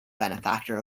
benefactor